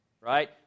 right